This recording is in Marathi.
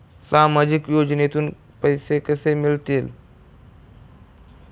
सामाजिक योजनेतून पैसे कसे मिळतील?